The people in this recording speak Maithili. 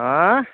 हाँइ